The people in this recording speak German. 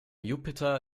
jupiter